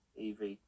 EV